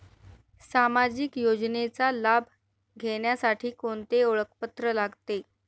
सामाजिक योजनेचा लाभ घेण्यासाठी कोणते ओळखपत्र लागते?